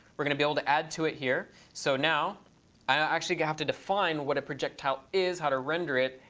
we're going to be able to add to it here. so now i actually have to define what a projectile is, how to render it,